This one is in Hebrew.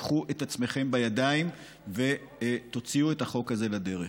קחו את עצמכם בידיים ותוציאו את החוק הזה לדרך.